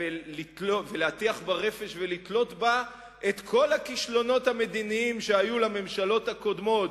להטיח בה רפש ולתלות בה את כל הכישלונות המדיניים שהיו לממשלות הקודמות,